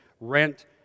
rent